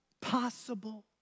possible